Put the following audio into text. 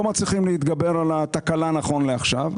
לא מצליחים להתגבר על התקלה, נכון לעכשיו.